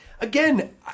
again